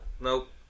Nope